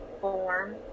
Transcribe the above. form